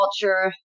culture